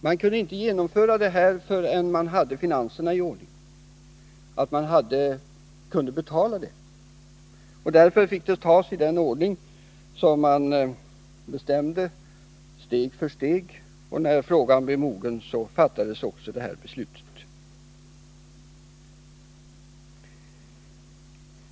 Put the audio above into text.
Vi kunde inte genomföra reformen förrän vi hade finanserna i ordning så att vi kunde betala den. Därför fick den genomföras steg för steg, och när tiden var mogen för det kunde den slutgiltigt genomföras.